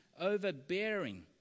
overbearing